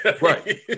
Right